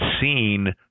seen